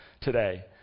today